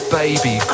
baby